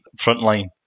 Frontline